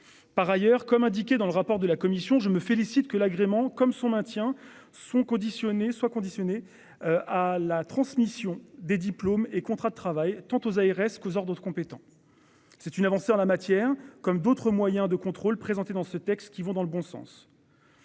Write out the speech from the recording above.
Par ailleurs, comme indiqué dans le rapport de la commission, je me félicite que l'agrément comme son maintien sont conditionnés soit conditionné à la transmission des diplômes et contrat de travail. Quant aux ARS qu'aux heures d'autres compétent. C'est une avancée en la matière comme d'autres moyens de contrôle présenté dans ce texte qui vont dans le bon sens.